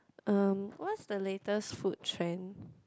um what's the latest food chain